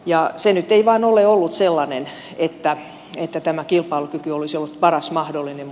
se nyt ei vain ole ollut sellainen että tämä kilpailukyky olisi ollut paras mahdollinen